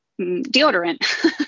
deodorant